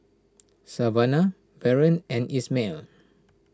Savannah Barron and Ishmael